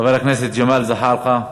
חבר הכנסת ג'מאל זחאלקה,